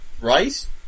right